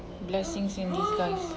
blessings in disguise